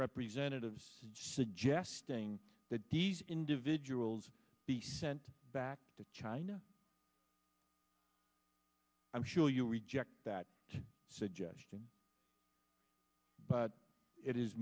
representatives is suggesting that these individuals be sent back to china i'm sure you reject that suggestion but it is